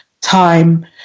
time